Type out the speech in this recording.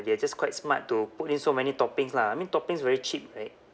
they're just quite smart to put in so many toppings lah I mean toppings very cheap right